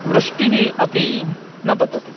वृष्टिः अपि न पतति